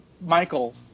Michael